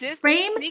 frame